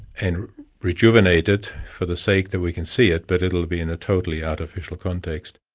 and rejuvenate it for the sake that we can see it, but it'll be in a totally artificial context?